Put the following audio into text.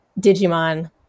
Digimon